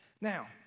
Now